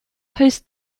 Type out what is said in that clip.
heißt